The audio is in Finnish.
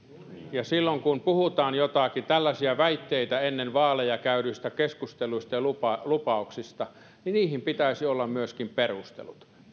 ja silloin kun puhutaan joitakin tällaisia väitteitä ennen vaaleja käydyistä keskusteluista ja lupauksista niin niihin pitäisi olla myöskin perustelut